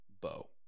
bow